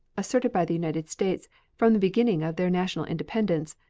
asserted by the united states from the beginning of their national independence,